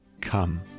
come